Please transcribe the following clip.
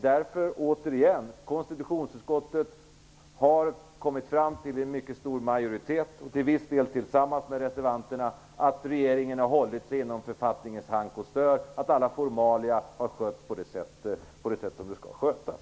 Därför måste jag återigen säga att konstitutionsutskottet med en mycket stor majoritet - till en viss del tillsammans med reservanterna - har kommit fram till att regeringen har hållit sig inom författningens hank och stör och att alla formalia har skötts på det sätt som de skall skötas.